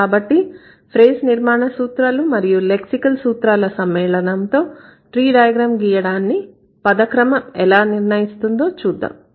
కాబట్టి ఫ్రేజ్ నిర్మాణ సూత్రాలు మరియు లెక్సికల్ సూత్రాల సమ్మేళనంతో ట్రీ డయాగ్రమ్ గీయడాన్ని పద క్రమం ఎలా నిర్ణయిస్తుందో చూద్దాం